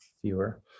Fewer